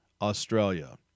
Australia